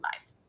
life